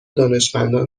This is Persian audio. دانشمندان